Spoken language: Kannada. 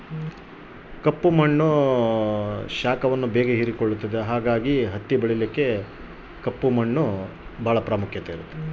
ಹತ್ತಿಯನ್ನು ಬೆಳೆಯಲು ಕಪ್ಪು ಮಣ್ಣಿಗೆ ಹೆಚ್ಚು ಪ್ರಾಮುಖ್ಯತೆ ಏಕೆ?